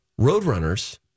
Roadrunners